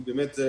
כי באמת זה